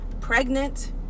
pregnant